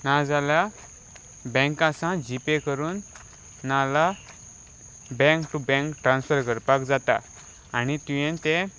नाजाल्यार बँकासा जीपे करून नाला बँक टू बँक ट्रान्सफर करपाक जाता आनी तुवें तें